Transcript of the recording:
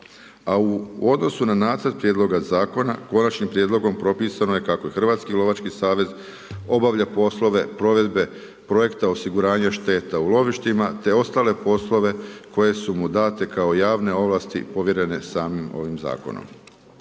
A u odnosu na nacrt prijedlogom zakona, konačnim prijedlogom propisano je kako je Hrvatski lovački savez, obavlja poslove provedbe projekte osiguranje šteta u lovištima, te ostale poslove koje su mu date kao javne ovlasti povjerenje samim ovim zakonom.